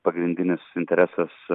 pagrindinis interesas